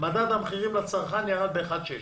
מדד המחירים לצרכן ירד ב-1.6%.